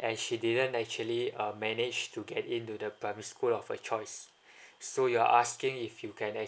and she didn't actually err manage to get into the primary school of her choice so you're asking if you can act